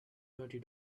twenty